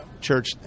church